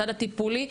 בצד הטיפולי,